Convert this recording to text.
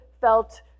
felt